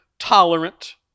tolerant